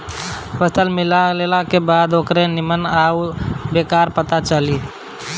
फसल मिलला के बाद ओकरे निम्मन आ बेकार क पता चली